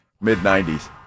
mid-90s